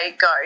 go